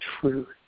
truth